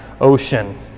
ocean